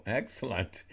excellent